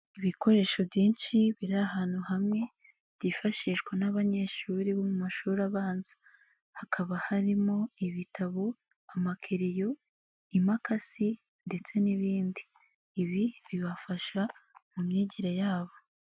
Ibikoresho byinshi biri ahantu hamwe byifashishwa n'abanyeshuri bo mu mashuri abanza, hakaba harimo ibitabo, amakereyo, imakasi, ndetse n'ibindi, ibi bibafasha mu myigire yabo.